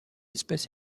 espèce